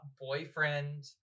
Boyfriend